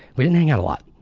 we didn't hang out a lot.